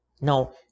Now